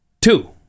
two